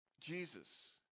Jesus